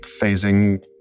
phasing